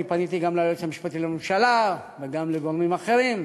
פניתי גם ליועץ המשפטי לממשלה וגם לגורמים אחרים,